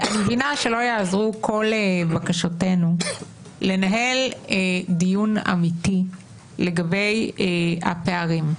אני מבינה שלא יעזרו כל בקשותינו לנהל דיון אמיתי לגבי הפערים.